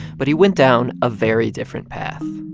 but he went down a very different path.